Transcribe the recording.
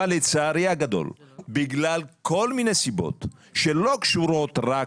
אבל לצערי הגדול בגלל כל מיני סיבות שלא קשורות רק